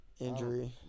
injury